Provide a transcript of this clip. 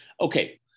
Okay